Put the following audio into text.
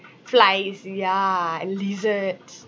flies ya and lizards